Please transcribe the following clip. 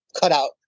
cutout